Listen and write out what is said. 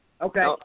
Okay